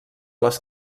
les